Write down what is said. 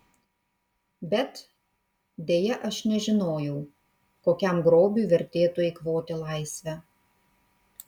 bet deja aš nežinojau kokiam grobiui vertėtų eikvoti laisvę